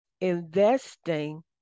investing